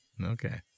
Okay